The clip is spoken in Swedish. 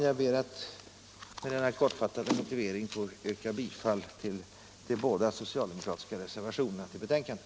Jag ber att med denna kortfattade motivering få yrka bifall till de båda socialdemokratiska reservationerna till betänkandet.